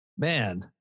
Man